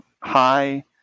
hi